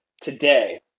today